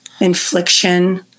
infliction